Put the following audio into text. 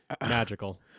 magical